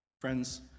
Friends